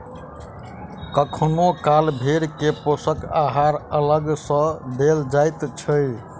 कखनो काल भेंड़ के पोषण आहार अलग सॅ देल जाइत छै